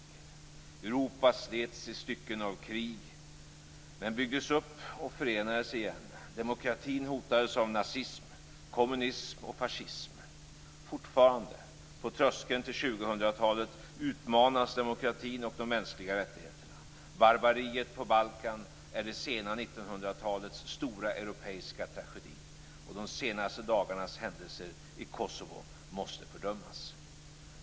Europa slets i stycken av krig, men byggdes upp och förenades igen. Demokratin hotades av nazism, kommunism och fascism. Fortfarande, på tröskeln till 2000-talet, utmanas demokratin och de mänskliga rättigheterna. Barbariet på Balkan är det sena 1900 talets stora europeiska tragedi, och de senaste dagarnas händelser i Kosovo måste fördömas.